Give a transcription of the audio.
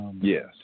Yes